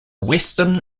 western